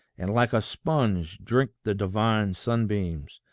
and like a sponge drink the divine sunbeams.